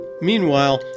Meanwhile